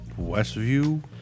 Westview